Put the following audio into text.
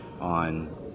on